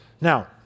Now